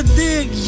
dig